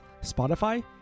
Spotify